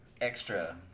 extra